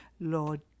Lord